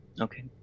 Okay